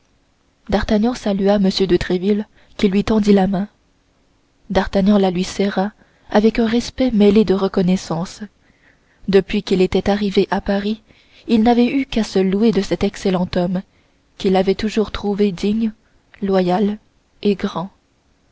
d'artagnan salua m de tréville qui lui tendit la main d'artagnan la lui serra avec un respect mêlé de reconnaissance depuis qu'il était arrivé à paris il n'avait eu qu'à se louer de cet excellent homme qu'il avait toujours trouvé digne loyal et grand